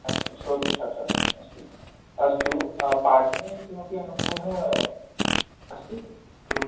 अस्तु शोधच्छात्रः अस्ति अस्तु अस्तु पाठने किमपि अनुभवः अस्ति